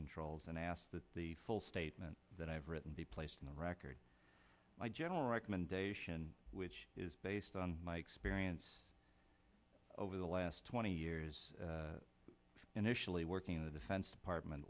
controls and asked that the full statement that i have written be placed in the record my general recommendation which is based on my experience over the last twenty years initially working in the defense department